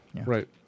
Right